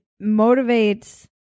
motivates